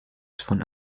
von